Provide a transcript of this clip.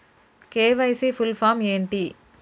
KYC full form ఏంటి?